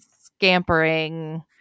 scampering